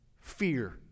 fear